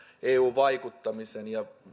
eu vaikuttamisen ja